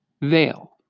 Veil